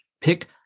Pick